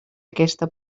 aquesta